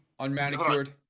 unmanicured